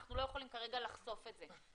אנחנו לא יכולים כרגע לחשוף את זה.